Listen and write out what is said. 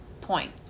point